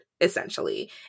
essentially